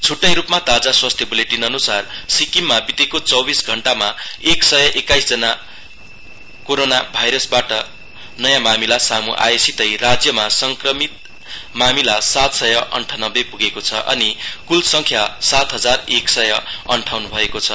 छुट्टै रूपमा ताजा स्वास्थ्य बुलेटिनअनुसार सिक्किममा बितेको चौबीस घण्टामा एक सय एक्काइसवटा कोरोना भाइरसका नयाँ मामिला सामू आएसितै राज्यमा सक्रिय मामिला सात सय अन्ठनब्बे पुगेको छ अनि कुल संख्या सात हजार एक सय अन्ठाउन भएको छ